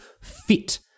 fit